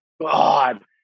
God